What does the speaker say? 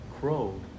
crow